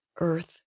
earth